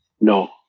No